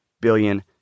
billion